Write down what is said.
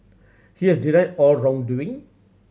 he has denied all wrongdoing